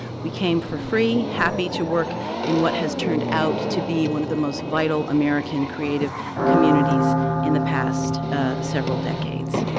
we came for free, happy to work in what has turned out to be one of the most vital american creative communities in the past several decades.